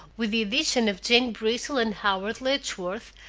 with the addition of jane bristol and howard letchworth,